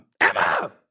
Emma